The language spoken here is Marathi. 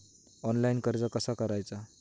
ऑनलाइन कर्ज कसा करायचा?